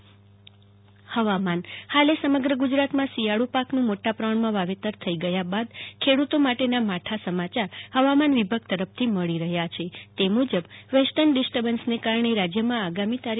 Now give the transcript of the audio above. જાગતિ વકિલ હવામાન હાલે સમગ્ર ગુજરાતમાં શિયાળુ પાકનું મોટા પ્રમાણમાં વાવેતર થઈ ગયા બાદ ખેડૂતો માટેના માઠા સમાચાર હવામાન વિભાગ તરફથી મળી રહ્યા છે તે મુજબ વેસ્ટર્ન ડિસ્ટર્બન્સના કારણે રાજ્યમાં આગામી તા